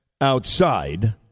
outside